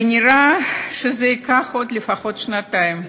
ונראה שזה ייקח עוד לפחות שנתיים.